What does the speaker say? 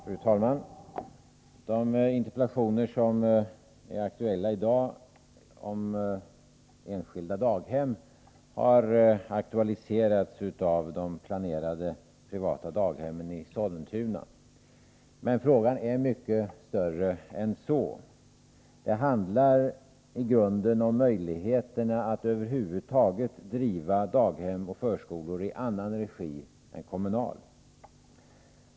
Fru talman! De interpellationer om enskilda daghem som är aktuella i dag har aktualiserats av de planerade privata daghemmen i Sollentuna. Men frågan är mycket större än så. Det handlar i grunden om möjligheterna att över huvud taget driva daghem och förskolor i annan regi än kommunal.